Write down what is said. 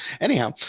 Anyhow